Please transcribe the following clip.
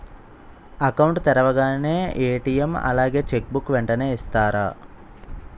Account తెరవగానే ATM అలాగే cheque book వెంటనే ఇస్తారా?